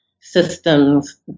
systems